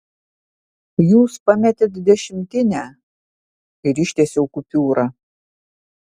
jūs pametėt dešimtinę ir ištiesiau kupiūrą